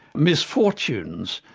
misfortunes,